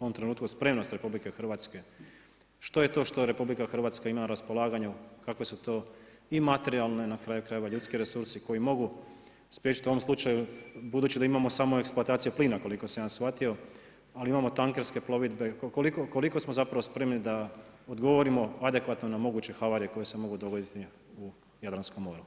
u ovom trenutku spremnost RH, što je to što RH ima na raspolaganju, kakve su to i materijalni i na kraju krajeva ljudski resursi koji mogu spriječiti u ovom slučaju budući da imamo samo eksploataciju plina koliko sam ja shvatio, ali imamo tankerske plovidbe koliko smo zapravo spremni da odgovorimo adekvatno na moguće havarije koje se mogu dogoditi u Jadranskom moru?